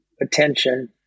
attention